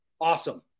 Awesome